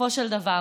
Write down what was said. בסופו של דבר,